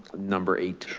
number eight. sure,